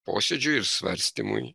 posėdžiui ir svarstymui